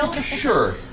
Sure